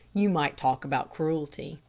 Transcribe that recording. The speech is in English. you might talk about cruelty.